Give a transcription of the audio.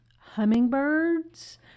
hummingbirds